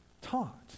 taught